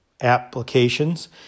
applications